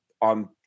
on